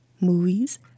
movies